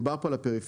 דובר פה על הפריפריה.